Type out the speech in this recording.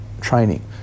training